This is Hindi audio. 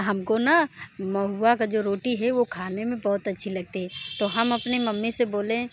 हमको ना महुआ का जो रोटी है वो खाने में बहुत अच्छी लगते है तो हम अपने मम्मी से बोलें